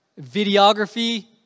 videography